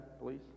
please